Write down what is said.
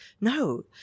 No